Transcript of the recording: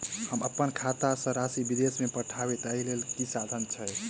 हम अप्पन खाता सँ राशि विदेश मे पठवै ताहि लेल की साधन छैक?